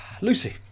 Lucy